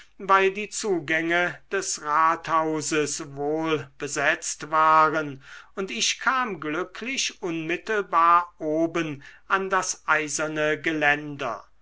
weil die zugänge des rathauses wohl besetzt waren und ich kam glücklich unmittelbar oben an das eiserne geländer